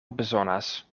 bezonas